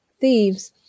thieves